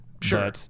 Sure